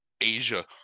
asia